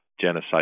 genocide